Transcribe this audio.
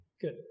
Good